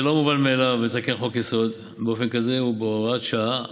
זה לא מובן מאליו לתקן חוק-יסוד באופן כזה ובהוראת שעה,